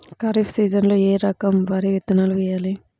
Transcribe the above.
ఖరీఫ్ సీజన్లో ఏ రకం వరి విత్తనాలు వేయాలి?